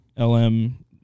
LM